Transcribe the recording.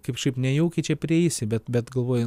kaip kažkaip nejaukiai čia prieisi bet bet galvoji